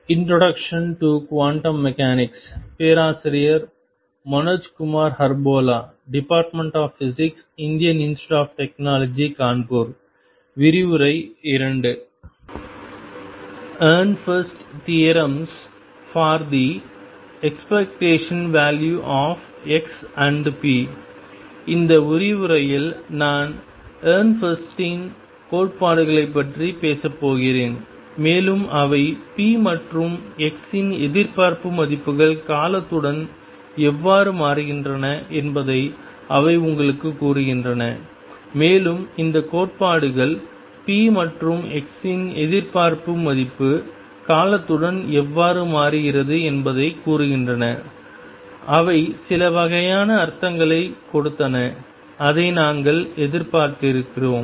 Ehrenfest's theorems for the expectation value of x and p இந்த விரிவுரையில் நான் எஹ்ரென்ஃபெஸ்டின் Ehrenfest's கோட்பாடுகளைப் பற்றி பேசப் போகிறேன் மேலும் அவை p மற்றும் x இன் எதிர்பார்ப்பு மதிப்புகள் காலத்துடன் எவ்வாறு மாறுகின்றன என்பதை அவை உங்களுக்குக் கூறுகின்றன மேலும் இந்த கோட்பாடுகள் p மற்றும் x இன் எதிர்பார்ப்பு மதிப்பு காலத்துடன் எவ்வாறு மாறுகிறது என்பதைக் கூறுகின்றன அவை சில வகையான அர்த்தங்களை கொடுத்தன அதைக் நாங்கள் எதிர்பார்த்திருக்கிறோம்